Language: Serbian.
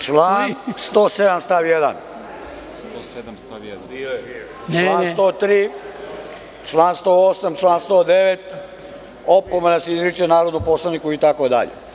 Član 107. stav 1, član 103, član 108, član 109. – opomena se izriče narodnom poslaniku itd.